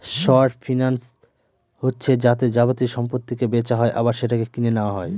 short finance হচ্ছে যাতে যাবতীয় সম্পত্তিকে বেচা হয় আবার সেটাকে কিনে নেওয়া হয়